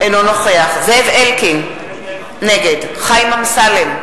אינו נוכח זאב אלקין, נגד חיים אמסלם,